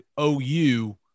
OU